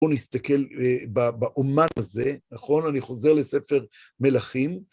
בואו נסתכל באומן הזה, נכון? אני חוזר לספר מלכים.